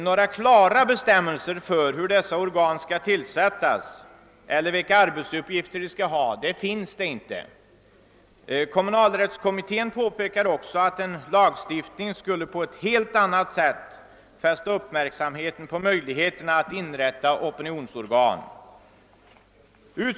Några klara bestämmelser för hur dessa organ skall tillsättas eller vilka arbetsuppgifter de skall ha finns inte. Kommunalrättskommittén har också påpekat att en lagstiftning skulle på ett helt annat sätt fästa uppmärksamheten på möjligheterna att inrätta opinionsorgan.